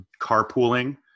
carpooling